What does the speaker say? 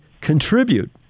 contribute